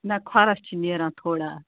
نہ کھۄرَس چھُ نیران تھوڑا